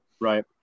Right